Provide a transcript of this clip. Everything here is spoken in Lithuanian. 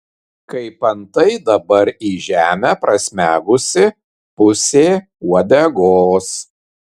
kaip antai dabar į žemę prasmegusi pusė uodegos